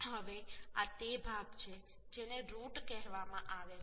હવે આ તે ભાગ છે જેને રુટ કહેવામાં આવે છે